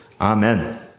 Amen